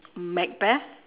macbeth